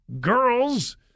girls